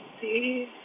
see